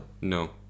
No